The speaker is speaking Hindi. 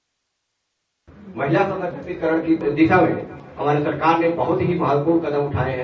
बाइट महिला सशक्तीकरण की दिशा में हमारी सरकार ने बहुत ही महत्वपूर्ण कदम उठाए हैं